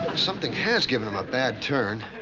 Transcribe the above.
something has given him a bad turn.